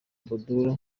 abdul